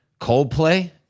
Coldplay